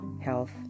health